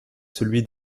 celui